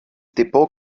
depot